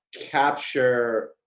capture